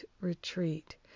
Retreat